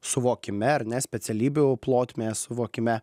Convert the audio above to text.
suvokime ar ne specialybių plotmę suvokime